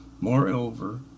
Moreover